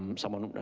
um someone,